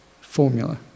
formula